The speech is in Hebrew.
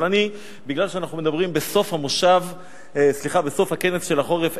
מכיוון שאנחנו מדברים בסוף הכנס של החורף,